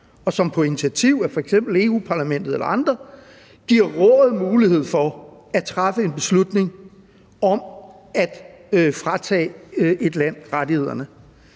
som på initiativ af f.eks. Europa-Parlamentet eller andre giver Rådet mulighed for at træffe en beslutning om at fratage et land rettighederne.